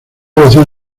devoción